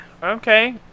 Okay